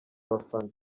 abafana